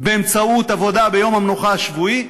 באמצעות עבודה ביום המנוחה השבועי,